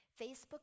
Facebook